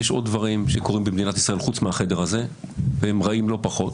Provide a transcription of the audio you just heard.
יש עוד דברים שקורים במדינת ישראל חוץ מאשר בחדר הזה והם רעים לא פחות.